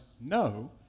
No